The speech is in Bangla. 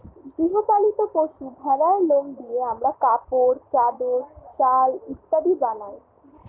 গৃহ পালিত পশু ভেড়ার লোম দিয়ে আমরা কাপড়, চাদর, শাল ইত্যাদি বানাই